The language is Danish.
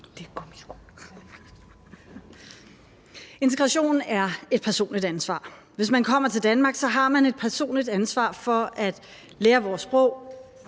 Integration er et personligt ansvar. Hvis man kommer til Danmark, har man et personligt ansvar for at lære vores sprog,